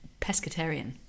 pescatarian